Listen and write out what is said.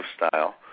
lifestyle